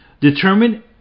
Determine